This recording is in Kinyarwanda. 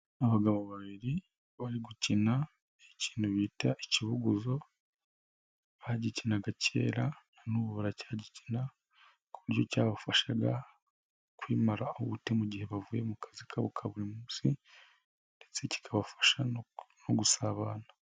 Abagabo babiri bari gukina ikino bita ikibuguzo, bagikinaga kera na n'ubu baracyagikina, ku buryo cyabafashaga kumara ubute mu gihe bavuye mu kazi kabo ka buri munsi ndetse kikabafasha no gusabana.